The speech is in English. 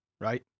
right